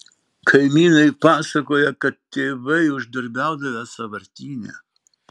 kaimynai pasakoja kad tėvai uždarbiaudavę sąvartyne